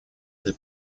del